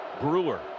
Brewer